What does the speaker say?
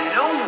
no